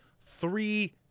three